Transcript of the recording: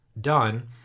done